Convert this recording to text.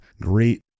Great